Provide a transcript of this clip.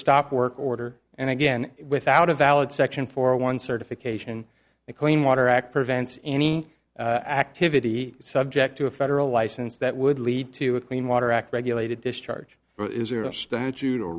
work order and again without a valid section for one certification a clean water act prevents any activity subject to a federal license that would lead to a clean water act regulated discharge is there a statute or